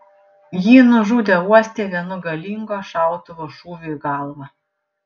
jį nužudė uoste vienu galingo šautuvo šūviu į galvą